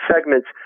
segments